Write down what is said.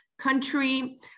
country